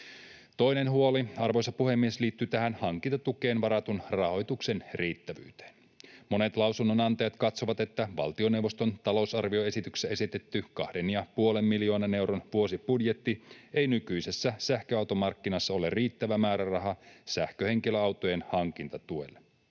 Toinen huoli, arvoisa puhemies, liittyy tähän hankintatukeen varatun rahoituksen riittävyyteen. Monet lausunnonantajat katsovat, että valtioneuvoston talousarvioesityksessä esitetty kahden ja puolen miljoonan euron vuosibudjetti ei nykyisessä sähköautomarkkinassa ole riittävä määräraha sähköhenkilöautojen hankintatuelle.